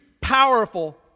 powerful